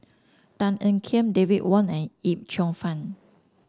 Tan Ean Kiam David Wong and Yip Cheong Fun